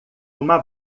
uma